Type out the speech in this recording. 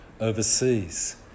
overseas